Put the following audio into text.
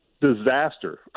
disaster